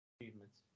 achievements